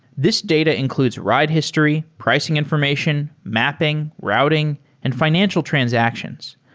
this data includes ride history, pricing information, mapping, routing and fi nancial transactions.